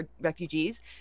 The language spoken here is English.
refugees